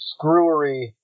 screwery